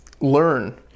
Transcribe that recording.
learn